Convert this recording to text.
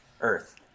Earth